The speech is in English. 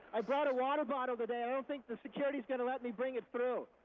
i brought a water bottle today. i don't think that security is going to let me bring it through.